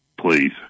please